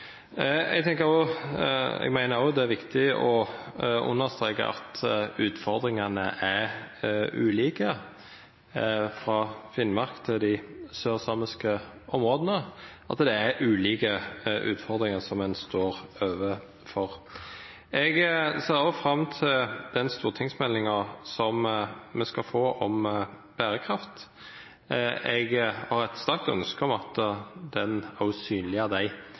Eg meiner det er viktig å understreka at utfordringane er ulike frå Finnmark til dei sørsamiske områda, og at det er ulike utfordringar som ein står overfor. Eg ser fram til den stortingsmeldinga som me skal få om berekraft. Eg har eit sterkt ønske om at den vil synleggjera dei